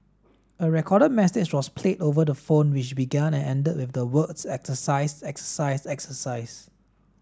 a recorded message was played over the phone which began and ended with the words exercise exercise exercise